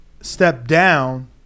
step-down